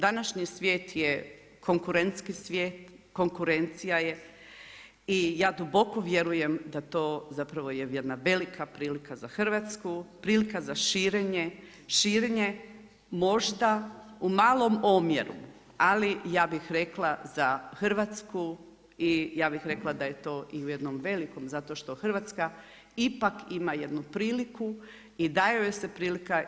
Današnji svijet je konkurentni svijet, konkurencija je i ja duboko vjerujem da je to jedna velika prilika za Hrvatsku, prilika za širenje, širenje možda u malom omjeru, ali ja bih rekla za Hrvatsku i ja bih rekla da je to i u jednom velikom zato što Hrvatska ipak ima jednu priliku i daje joj se prilika.